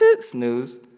Snooze